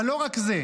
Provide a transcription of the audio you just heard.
אבל לא רק זה.